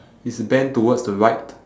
it's bent towards the right